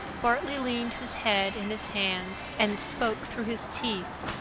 bartley leaned his head in his hands and spoke through his teeth.